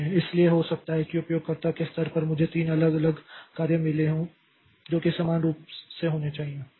इसलिए हो सकता है कि उपयोगकर्ता के स्तर पर मुझे 3 अलग अलग कार्य मिले हों जो कि समान रूप से होने चाहिए